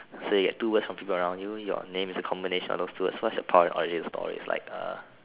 say that two words something around you your name is the combination of the two words what's your power and origin story it's like uh